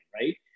right